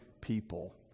people